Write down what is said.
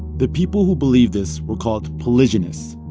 the people who believed this were called polygenists.